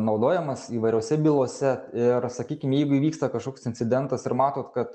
naudojamas įvairiose bylose ir sakykim jeigu įvyksta kažkoks incidentas ir matot kad